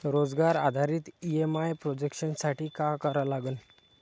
रोजगार आधारित EMI projection साठी का करा लागन?